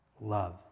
love